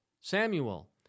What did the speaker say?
Samuel